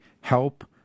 help